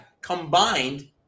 combined –